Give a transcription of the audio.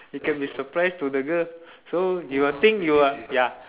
you can be surprise to the girl so you will think you are ya